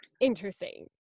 interesting